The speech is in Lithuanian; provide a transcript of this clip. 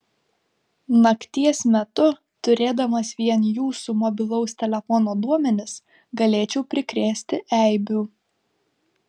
nakties metu turėdamas vien jūsų mobilaus telefono duomenis galėčiau prikrėsti eibių